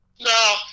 No